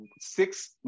six